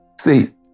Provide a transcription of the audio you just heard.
See